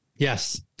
Yes